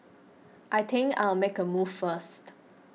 I think I'll make a move first